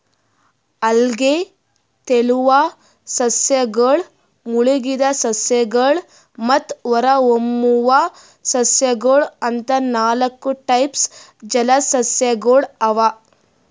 ಅಲ್ಗೆ, ತೆಲುವ್ ಸಸ್ಯಗಳ್, ಮುಳಗಿದ್ ಸಸ್ಯಗಳ್ ಮತ್ತ್ ಹೊರಹೊಮ್ಮುವ್ ಸಸ್ಯಗೊಳ್ ಅಂತಾ ನಾಲ್ಕ್ ಟೈಪ್ಸ್ ಜಲಸಸ್ಯಗೊಳ್ ಅವಾ